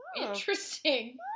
Interesting